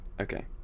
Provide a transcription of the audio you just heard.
Okay